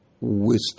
wisdom